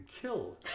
killed